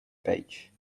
page